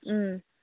ꯎꯝ